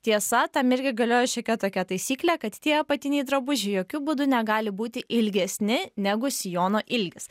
tiesa tam irgi galioja šiokia tokia taisyklė kad tie apatiniai drabužiai jokiu būdu negali būti ilgesni negu sijono ilgis